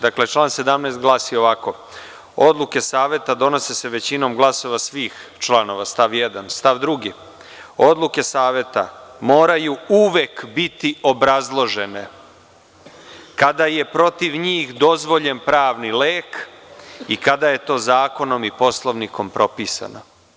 Dakle, član 17. glasi ovako - Odluke Saveta donose se većinom glasova svih članova, stav 1. Stav 2. - Odluke Saveta moraju uvek biti obrazložene kada je protiv njih dozvoljen pravni lek i kada je to zakonom i poslovnikom propisano.